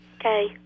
Okay